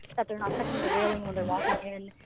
that they're not touching the railing when they're walking in,